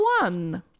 one